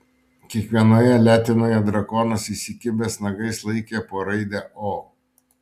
kiekvienoje letenoje drakonas įsikibęs nagais laikė po raidę o